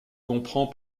comprend